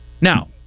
Now